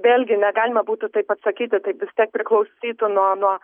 vėlgi negalima būtų taip atsakyti tai vis tiek priklausytų nuo nuo